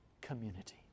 community